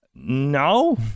no